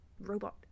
robot